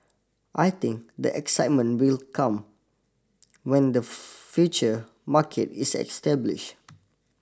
I think the excitement will come when the future market is established